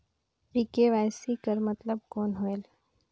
ये के.वाई.सी कर मतलब कौन होएल?